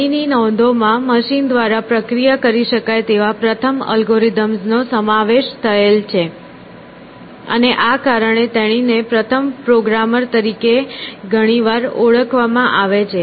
તેણીની નોંધોમાં મશીન દ્વારા પ્રક્રિયા કરી શકાય તેવા પ્રથમ અલ્ગોરિધમનો સમાવેશ થયેલ છે અને આ કારણે તેણીને પ્રથમ પ્રોગ્રામર તરીકે ઘણીવાર ઓળખવામાં આવે છે